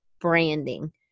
branding